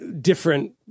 Different